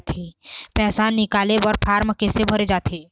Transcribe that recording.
पैसा निकाले बर फार्म कैसे भरे जाथे?